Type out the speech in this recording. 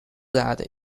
that